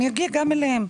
אני אגיע גם אליהם.